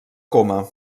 coma